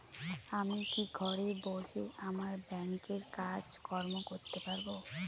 আমি কি ঘরে বসে আমার ব্যাংকের কাজকর্ম করতে পারব?